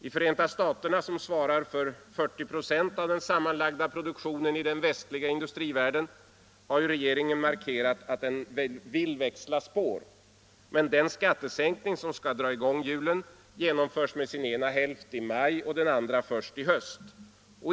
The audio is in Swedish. I Förenta staterna — som svarar för 40 26 av den sammanlagda produktionen i den västliga industrivärlden — har regeringen markerat att den vill växla spår. Men den skattesänkning som skall dra i gång hjulen genomförs med sin ena hälft i maj och med den andra först i höst.